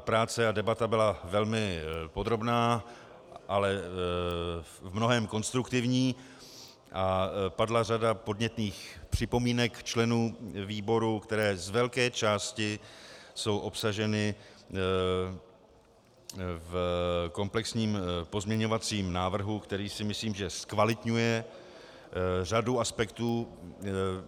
Práce a debata byla velmi podrobná, v mnohém konstruktivní a padla řada podnětných připomínek členů výboru, které jsou z velké části obsaženy v komplexním pozměňovacím návrhu, který si myslím, že zkvalitňuje řadu aspektů